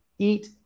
eat